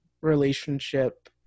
relationship